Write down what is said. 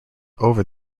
over